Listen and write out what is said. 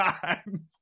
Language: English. time